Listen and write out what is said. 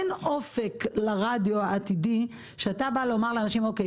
אין אופק לרדיו העתידי כשאתה בא לומר לאנשים: אוקיי,